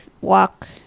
walk